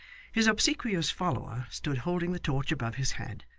his obsequious follower stood holding the torch above his head,